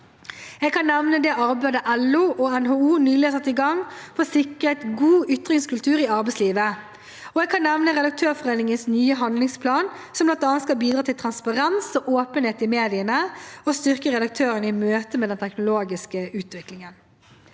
Jeg kan nevne det arbeidet LO og NHO nylig har satt i gang for å sikre en god ytringskultur i arbeidslivet, og jeg kan nevne Redaktørforeningens nye handlingsplan, som bl.a. skal bidra til transparens og åpenhet i mediene og styrke redaktørene i møte med den teknologiske utviklingen.